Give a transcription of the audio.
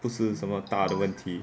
不是什么大的问题